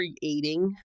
creating